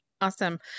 awesome